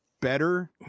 better